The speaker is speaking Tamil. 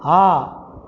ஆ